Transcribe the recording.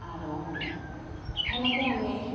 আৰু সেনেকেই আমি